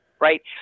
right